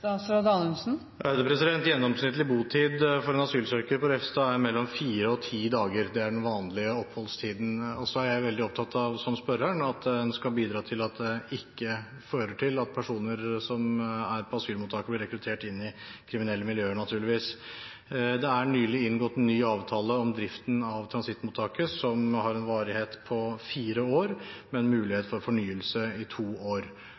Gjennomsnittlig botid for en asylsøker på Refstad er mellom fire og ti dager, det er den vanlige oppholdstiden. Så er jeg, som spørreren, veldig opptatt av at en skal bidra til at det ikke fører til at personer som er på asylmottak, blir rekruttert inn i kriminelle miljøer, naturligvis. Det er nylig inngått en ny avtale om driften av transittmottaket som har en varighet på fire år, med mulighet for fornyelse i to år.